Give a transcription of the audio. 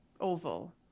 oval